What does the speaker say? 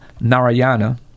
Narayana